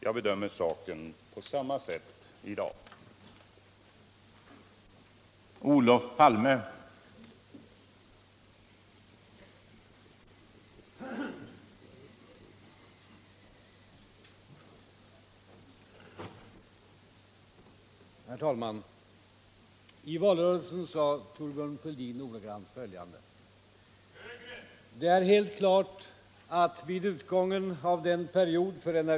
Jag bedömer saken på samma sätt i dag.